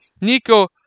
Nico